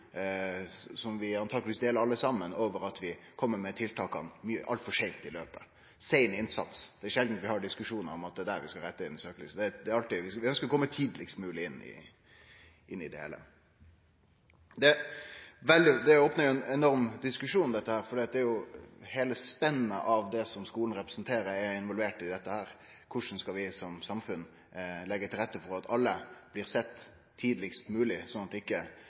som vi antakeleg deler alle saman, over at vi kjem med tiltaka altfor seint i løpet – «sein innsats». Det er sjeldan vi har diskusjonar om at det er der vi skal rette søkjelyset, det er alltid at vi ønskjer å kome tidlegast mogleg inn i det heile. Dette opnar ein enorm diskusjon, for heile spennet av det som skulen representerer, er involvert i dette. Korleis skal vi som samfunn leggje til rette for at alle blir sett tidlegast mogleg, sånn at ein ikkje